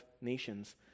nations